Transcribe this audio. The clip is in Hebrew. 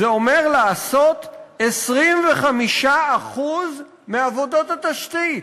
זה אומר לעשות 25% מעבודות התשתית.